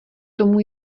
tomu